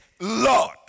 lord